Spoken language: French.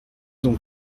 ont